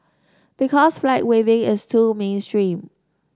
because flag waving is too mainstream